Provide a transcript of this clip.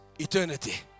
eternity